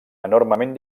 enormement